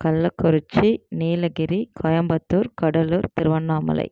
Kallakurichi Nilgiri Coimbatore Cuddalore Tiruvannamalai